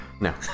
No